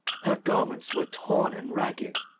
her garments were torn and ragged,